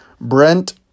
Brent